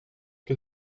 que